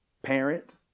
Parents